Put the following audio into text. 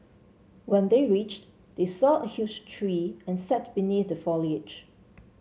when they reached they saw a huge tree and sat beneath the foliage